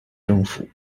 政府